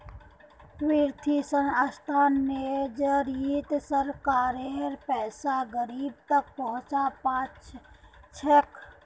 वित्तीय संस्थानेर जरिए सरकारेर पैसा गरीब तक पहुंच पा छेक